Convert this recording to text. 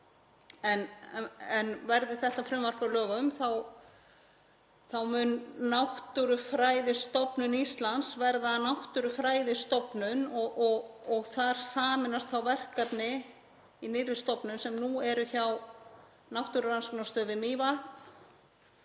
Verði þetta frumvarp að lögum mun Náttúrufræðistofnun Íslands verða Náttúrufræðistofnun og þar sameinast verkefni í nýrri stofnun sem nú eru hjá Náttúrurannsóknastöðinni við